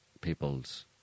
people's